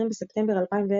20 בספטמבר 2010